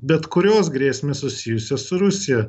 bet kurios grėsmes susijusios su rusija